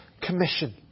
commission